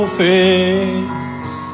face